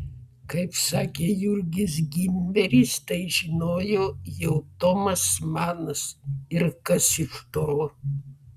kaip sakė jurgis gimberis tai žinojo jau tomas manas ir kas iš to